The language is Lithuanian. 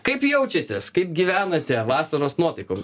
kaip jaučiatės kaip gyvenate vasaros nuotaikom